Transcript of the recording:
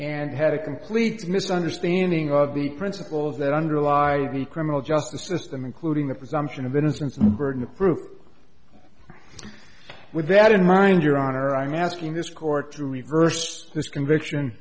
and had a complete misunderstanding of the principles that underlie the criminal justice system including the presumption of innocence the burden of proof with that in mind your honor i'm asking this court to reverse this conviction